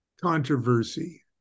controversy